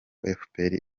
efuperi